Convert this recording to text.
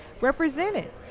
represented